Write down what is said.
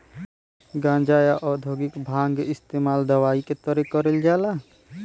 गांजा, या औद्योगिक भांग क इस्तेमाल दवाई के तरे करल जाला